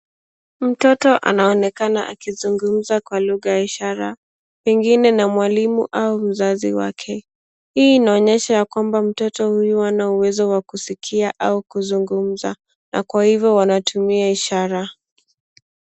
Mtoto anaonekana akizungumza kwa lugha ya ishara, pengine na mwalimu au mzazi wake. Hii inaonyesha ya kwamba mtoto huyu hana uwezo wa kusikia au kuzungumza, na kwa hivyo wanatumia ishara.